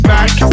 Back